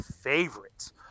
favorites